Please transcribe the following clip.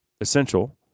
essential